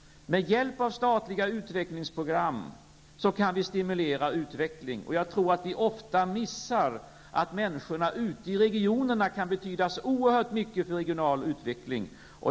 Med hjälp av statliga utvecklingsprogram kan vi stimulera utvecklingen. Jag tror att vi ofta missar att människorna ute i regionerna kan betyda oerhört mycket för den regionala utvecklingen.